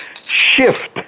Shift